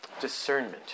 discernment